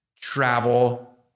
travel